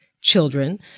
children